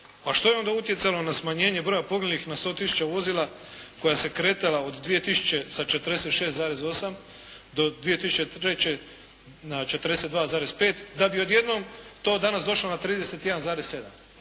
Pa što je onda utjecalo na smanjenje broja poginulih na 100 tisuća vozila koja se kretala od 2000. sa 46,8 do 2003. na 42,5, da bi odjednom to danas došlo na 31,7.?